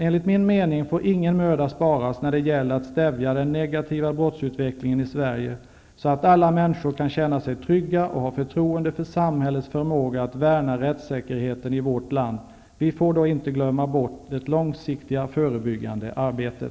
Enligt min mening får ingen möda sparas när det gäller att stävja den negativa brottsutvecklingen i Sverige, så att alla människor kan känna sig trygga och ha förtroende för samhällets förmåga att värna rättssäkerheten i vårt land. Vi får då inte glömma bort det långsiktiga förebyggande arbetet.